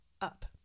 up